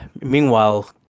meanwhile